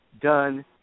done